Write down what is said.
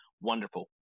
wonderful